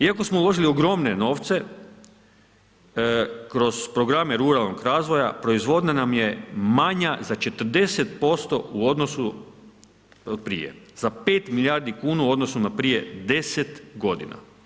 Iako smo uložili ogromne novce, kroz programe ruralnog razvoja, proizvodnja nam je manja za 40% u odnosu od prije, za 5 milijardi kuna u odnosu na prije 10 godina.